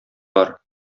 бар